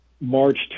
March